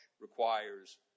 requires